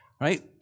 Right